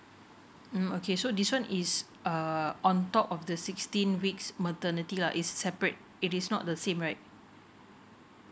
mm okay so this one is uh on top of the sixteen weeks maternity lah is separate it's not the same right